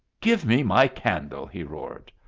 give me my candle! he roared.